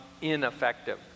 ineffective